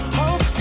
hope